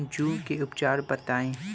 जूं के उपचार बताई?